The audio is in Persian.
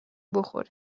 بخوریم